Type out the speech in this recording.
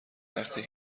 وقتی